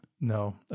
No